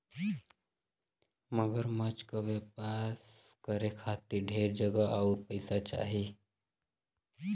मगरमच्छ क व्यवसाय करे खातिर ढेर जगह आउर पइसा चाही